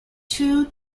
two